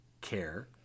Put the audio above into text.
care